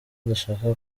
adashaka